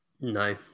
No